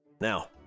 Now